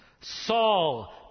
Saul